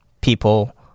people